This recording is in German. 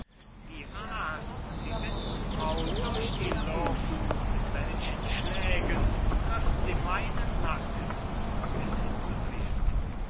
wie ras't die windsbraut durch die luft mit welchen schlägen trifft sie meinen nacken